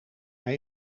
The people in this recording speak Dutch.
hij